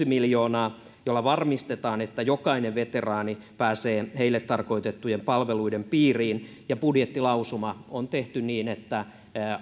miljoonaa jolla varmistetaan että jokainen veteraani pääsee heille tarkoitettujen palveluiden piiriin budjettilausuma on tehty niin että